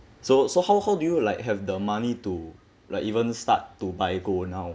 so so how how do you like have the money to like even start to buy gold now